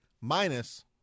minus